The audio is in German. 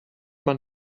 man